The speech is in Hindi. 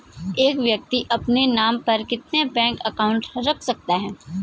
एक व्यक्ति अपने नाम पर कितने बैंक अकाउंट रख सकता है?